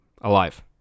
Alive